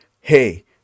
hey